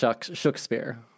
Shakespeare